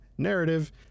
narrative